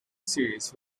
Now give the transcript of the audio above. series